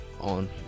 On